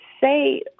say